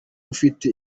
ufite